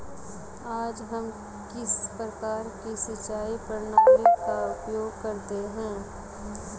आज हम किस प्रकार की सिंचाई प्रणाली का उपयोग करते हैं?